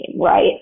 Right